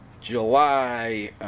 July